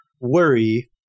worry